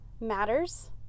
matters